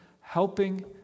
helping